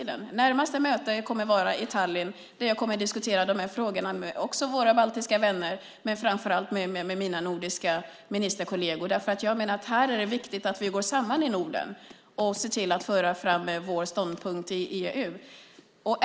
Det närmaste mötet kommer att vara i Tallinn, där jag kommer att diskutera dessa frågor med våra baltiska vänner men framför allt med mina nordiska ministerkolleger. Jag menar att det är viktigt att vi här går samman i Norden och ser till att föra fram vår ståndpunkt i EU.